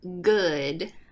good